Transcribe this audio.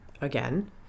again